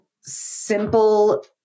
simple